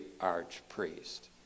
archpriest